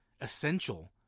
essential